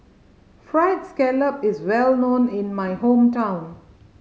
Fried Scallop is well known in my hometown